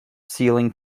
sealing